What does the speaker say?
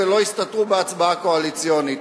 ולא יסתתרו בהצבעה קואליציונית.